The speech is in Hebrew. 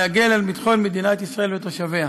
להגן על ביטחון מדינת ישראל ותושביה.